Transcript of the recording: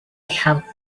have